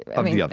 i mean, yeah